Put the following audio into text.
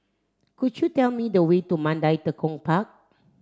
could you tell me the way to Mandai Tekong Park